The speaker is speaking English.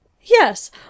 Yes